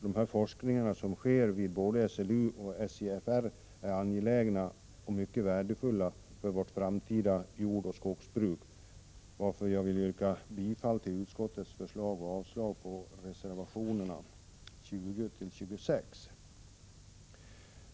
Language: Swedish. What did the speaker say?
Den forskning som bedrivs vid både SLU och SJFR är angelägen och mycket värdefull för det framtida jordoch skogsbruket. Jag yrkar bifall till utskottets förslag och avslag på reservationerna 20—26.